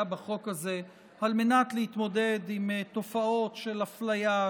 בחוק הזה כדי להתמודד עם תופעות של הפליה,